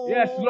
Yes